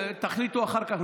ותחליטו אחר כך,